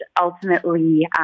ultimately